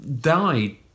died